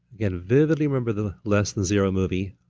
again, vividly remember the less than zero movie.